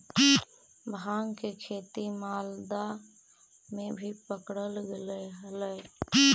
भाँग के खेती मालदा में भी पकडल गेले हलई